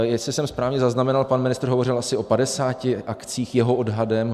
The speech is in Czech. Jestli jsem správně zaznamenal, pan ministr hovořil asi o 50 akcích, jeho hrubým odhadem.